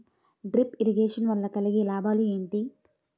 Drip irrigation వల్ల కలిగే లాభాలు ఏంటి?